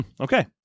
okay